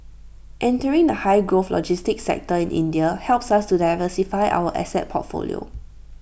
entering the high growth logistics sector in India helps us to diversify our asset portfolio